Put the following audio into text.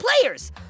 players